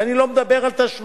ואני לא מדבר על תשלומים,